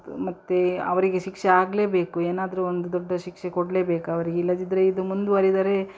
ಮತ್ತು ಅವರಿಗೆ ಶಿಕ್ಷೆ ಆಗಲೇಬೇಕು ಏನಾದರೂ ಒಂದು ದೊಡ್ಡ ಶಿಕ್ಷೆ ಕೊಡ್ಲೇಬೇಕು ಅವರಿಗೆ ಇಲ್ಲದಿದ್ದರೆ ಇದು ಮುಂದುವರೆದರೆ